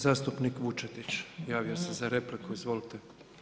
Zastupnik Vučetić javio se za repliku, izvolite.